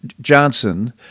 Johnson